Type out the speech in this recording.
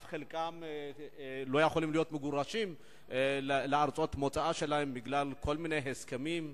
חלקם אף לא יכולים להיות מגורשים לארץ מוצאם בגלל כל מיני הסכמים.